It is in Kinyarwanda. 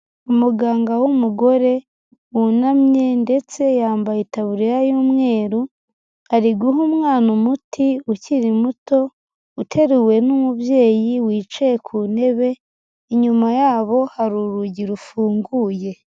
Umuganga w'umugore wunamye ndetse yambaye itaburiya y'umweru, ari guha umwana umuti ukiri muto, uteruwe n'umubyeyi wicaye ku ntebe, inyuma yabo hari urugi rufunguye.